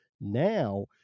now